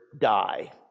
die